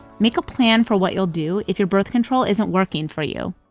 make a plan for what you'll do if your birth control isn't working for you